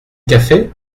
café